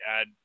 add